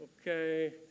Okay